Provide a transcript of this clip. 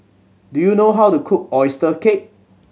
do you know how to cook oyster cake